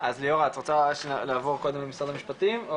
אז ליאורה את רוצה קודם לעבור למשרד המשפטים?